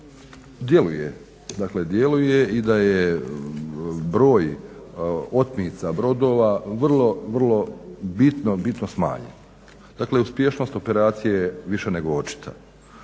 djeluje i da je broj otmica brodova vrlo, vrlo bitno smanjen. Dakle, uspješnost operacije je više nego očita.